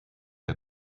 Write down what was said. der